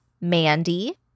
Mandy